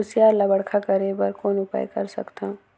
कुसियार ल बड़खा करे बर कौन उपाय कर सकथव?